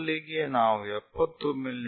ಮೊದಲಿಗೆ ನಾವು 70 ಮಿ